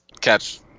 catch